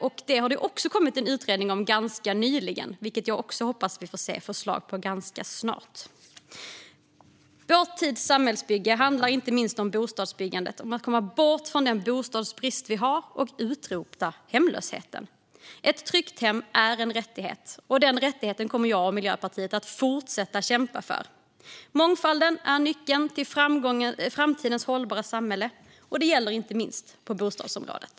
Också detta har det ganska nyligen kommit en utredning om, och jag hoppas att vi får se förslag på det här området ganska snart. Vår tids samhällsbygge handlar inte minst om bostadsbyggandet och om att komma bort från den bostadsbrist vi har och utrota hemlösheten. Ett tryggt hem är en rättighet, och den rättigheten kommer jag och Miljöpartiet att fortsätta kämpa för. Mångfalden är nyckeln till framtidens hållbara samhälle, och det gäller inte minst på bostadsområdet.